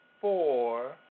four